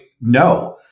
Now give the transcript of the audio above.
no